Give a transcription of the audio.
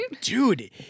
Dude